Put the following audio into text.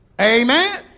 Amen